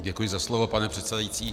Děkuji za slovo, pane předsedající.